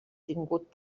tingut